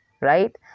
right